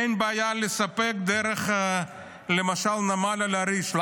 אין בעיה לספק דרך נמל אל-עריש, למשל.